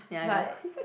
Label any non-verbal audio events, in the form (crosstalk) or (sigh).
ya I know (laughs)